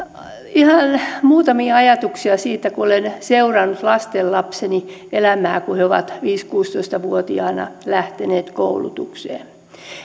ihan muutamia ajatuksia siitä kun olen seurannut lastenlapsieni elämää kun he ovat viisitoista viiva kuusitoista vuotiaina lähteneet koulutukseen